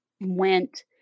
went